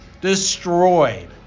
Destroyed